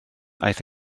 aeth